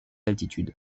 altitude